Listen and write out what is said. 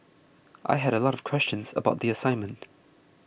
I had a lot of questions about the assignment